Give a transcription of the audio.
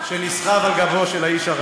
כל השיחות האלה